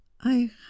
I